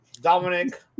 Dominic